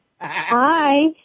Hi